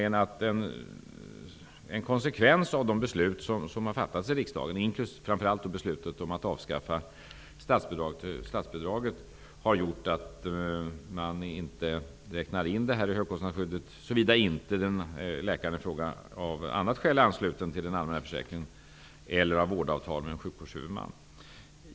En konsekvens av de beslut som har fattats i riksdagen, framför allt beslutet om att avskaffa statsbidraget till företagshälsovården, har blivit att man inte räknar in företagshälsovården i högkostnadsskyddet, såvida inte läkaren i fråga av annat skäl är ansluten till den allmänna försäkringen eller har vårdavtal med en sjukvårdshuvudman.